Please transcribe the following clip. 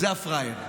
אלה הפראיירים,